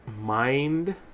mind